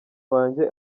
wanjye